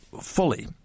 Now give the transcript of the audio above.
fully